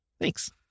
Thanks